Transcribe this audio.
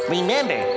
Remember